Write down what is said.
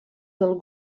del